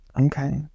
Okay